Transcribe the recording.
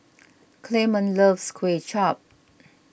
Clemon loves Kuay Chap